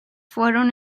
fueron